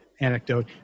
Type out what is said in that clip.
anecdote